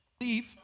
Leave